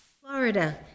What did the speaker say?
Florida